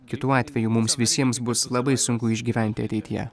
kitu atveju mums visiems bus labai sunku išgyventi ateityje